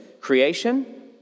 Creation